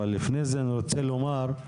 לפני כן, אני רוצה לומר,